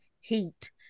heat